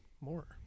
more